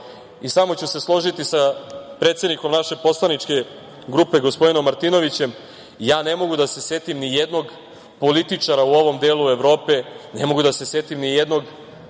ću se složiti sa predsednikom naše poslaničke grupe gospodinom Martinovićem, ja ne mogu da se setim nijednog političara u ovom delu Evrope, ne mogu da se setim nijednog biznismena